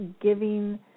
giving